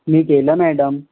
मी केलं मॅडम